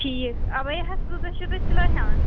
ٹھیٖک اَبَیاہس کۭژاہ چھِو تُہۍ سِلٲے ہٮ۪وان